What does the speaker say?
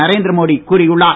நரேந்திர மோடி கூறியுள்ளார்